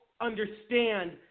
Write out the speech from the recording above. understand